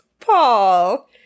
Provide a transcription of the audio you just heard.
paul